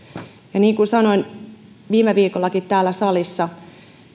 niin kuin sanoin viime viikollakin täällä salissa